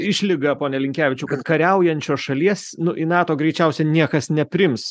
išlyga pone linkevičiau kad kariaujančios šalies nu į nato greičiausia niekas nepriims